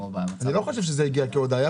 אני חושב שזה לא הגיע כהודעה.